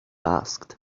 asked